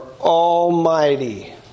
almighty